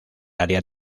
área